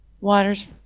Water's